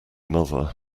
mother